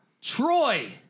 Troy